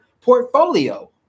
portfolio